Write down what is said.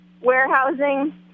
warehousing